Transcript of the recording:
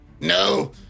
No